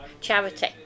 charity